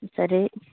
சரி